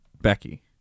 Becky